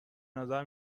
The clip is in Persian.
نظر